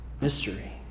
Mystery